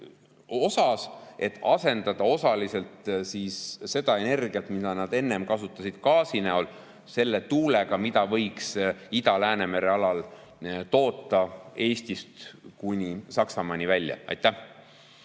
vastu, et asendada osaliselt see energia, mida nad enne said gaasina, selle tuulega, mida võiks Ida-Läänemere alal toota Eestist kuni Saksamaani välja. Aitäh!